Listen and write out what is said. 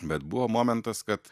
bet buvo momentas kad